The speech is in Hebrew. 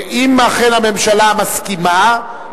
אם אכן הממשלה מסכימה,